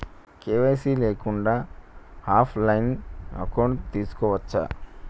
KYC లేకుండా కూడా offline account తీసుకోవచ్చా?